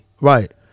Right